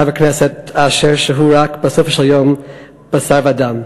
חבר הכנסת אשר, שהוא רק בסופו של יום בשר ודם.